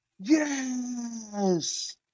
Yes